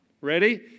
Ready